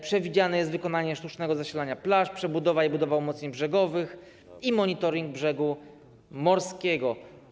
Przewidziane jest wykonanie sztucznego zasilania plaż, przebudowa i budowa umocnień brzegowych i monitoring brzegu morskiego.